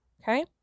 Okay